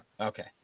Okay